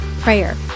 prayer